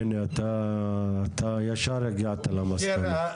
הנה, אתה ישר הגעת למסקנה.